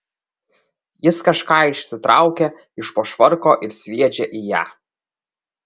jis kažką išsitraukia iš po švarko ir sviedžia į ją